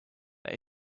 that